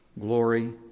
glory